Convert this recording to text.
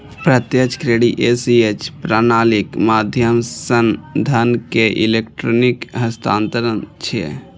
प्रत्यक्ष credit ACH प्रणालीक माध्यम सं धन के इलेक्ट्रिक हस्तांतरण छियै